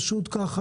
פשוט כך,